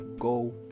Go